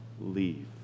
leave